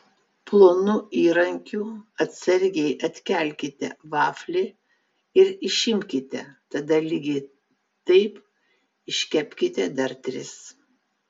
plonu įrankiu atsargiai atkelkite vaflį ir išimkite tada lygiai taip iškepkite dar tris